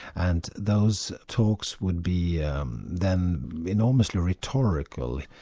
and those talks would be um then enormously rhetorical,